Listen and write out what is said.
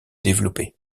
développée